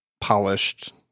polished